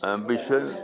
Ambition